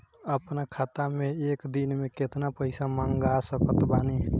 अपना खाता मे एक दिन मे केतना पईसा मँगवा सकत बानी?